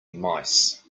mice